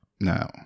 No